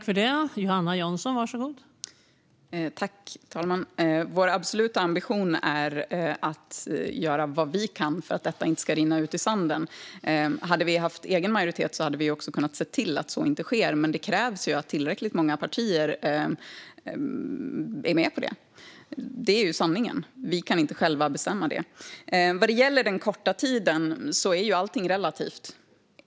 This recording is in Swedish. Fru talman! Vår absoluta ambition är att göra vad vi kan för att detta inte ska rinna ut i sanden. Om vi hade haft egen majoritet hade vi sett till att så inte sker. Men det krävs att tillräckligt många partier är med. Det är sanningen. Vi kan inte själva bestämma. Vad gäller den korta tiden är allt relativt.